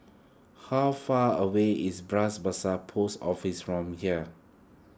how far away is Bras Basah Post Office from here